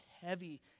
heavy